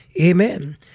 Amen